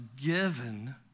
given